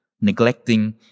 neglecting